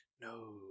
No